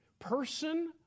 Person